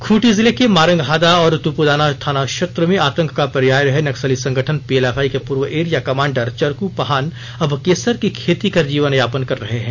खूंटी जिले के मारंगहादा और तुपुदाना थाना क्षेत्र में आतंक का पर्याय रहे नक्सली संगठन पीएलएफआई के पूर्व एरिया कमांडर चरकू पहान अब केसर की खेती कर जीवनयापन कर रहे हैं